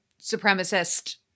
supremacist